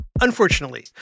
Unfortunately